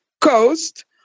coast